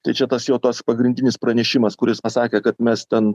tai čia tas jo tas pagrindinis pranešimas kuris pasakė kad mes ten